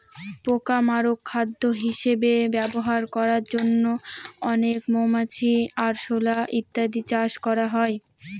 পোকা মাকড় খাদ্য হিসেবে ব্যবহার করার জন্য অনেক মৌমাছি, আরশোলা ইত্যাদি চাষ করা হয়